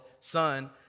son